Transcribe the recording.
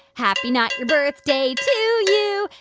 happy not-your-birthday to you.